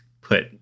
put